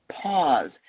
pause